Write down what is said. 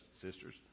sisters